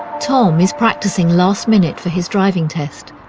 tom is practising last-minute for his driving test,